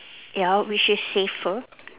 ya which is safer